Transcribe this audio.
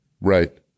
Right